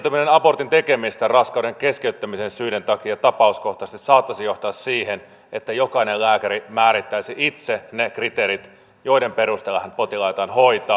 kieltäytyminen abortin tekemisestä raskauden keskeyttämisen syiden takia tapauskohtaisesti saattaisi johtaa siihen että jokainen lääkäri määrittäisi itse ne kriteerit joiden perusteella hän potilaitaan hoitaa